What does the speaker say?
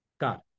God